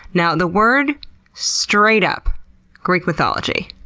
now the word straight up greek mythology.